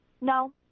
no